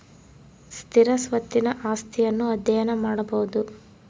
ಸ್ಥಿರ ಸ್ವತ್ತಿನ ಆಸ್ತಿಯನ್ನು ಅಧ್ಯಯನ ಮಾಡಬೊದು